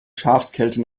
schafskälte